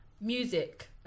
Music